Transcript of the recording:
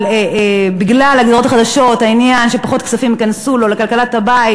אבל בגלל הגזירות החדשות העניין שפחות כספים ייכנסו לכלכלת הבית